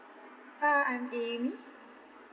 uh I'm amy